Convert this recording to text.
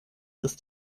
ist